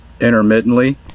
intermittently